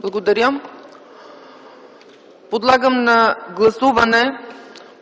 Благодаря. Подлагам на гласуване